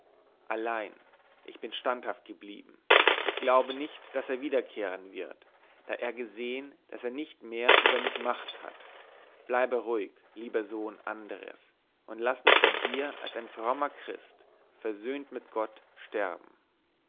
allein ich bin standhaft geblieben und glaube nicht daß er wiederkehren wird da er gesehen daß er nicht mehr über mich macht hat bleibe ruhig lieber sohn andres und laß mich bei dir als ein frommer christ versöhnt mit gott sterben